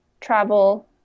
travel